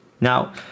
Now